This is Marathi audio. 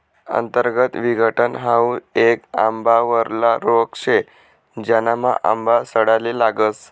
अंतर्गत विघटन हाउ येक आंबावरला रोग शे, ज्यानामा आंबा सडाले लागस